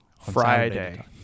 Friday